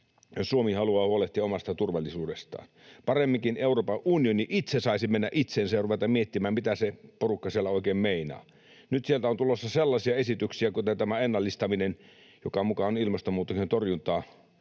Suomi haluaa huolehtia omasta turvallisuudestaan. Paremminkin Euroopan unioni itse saisi mennä itseensä ja ruveta miettimään, mitä se porukka siellä oikein meinaa. Nyt sieltä on tulossa sellaisia esityksiä, kuten tämä ennallistaminen, joka muka on ilmastonmuutoksen torjuntaa.